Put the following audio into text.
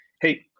Hey